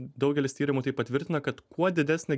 daugelis tyrimų tai patvirtina kad kuo didesnė